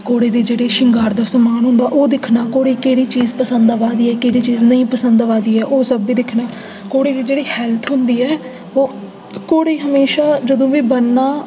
घोड़े दे जेह्ड़े शिंगार दे समान होंदा ओह् दिक्खना घोड़े गी केह्ड़ी चीज पसंद आवै दी ऐ केह्ड़ी नेईं पसंद आवै दी ऐ ओह् सब बी दिक्खना घोड़े दी जेह्ड़ी हैल्थ होंदी ऐ ओह् घोड़े गी हमेशां घोड़े गी जदूं बी ब'न्नना